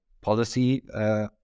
policy